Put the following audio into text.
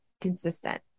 consistent